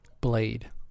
Blade